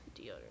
deodorant